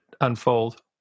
unfold